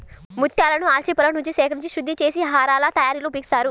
ముత్యాలను ఆల్చిప్పలనుంచి సేకరించి శుద్ధి చేసి హారాల తయారీలో ఉపయోగిస్తారు